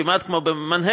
כמעט כמו במנהטן,